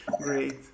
great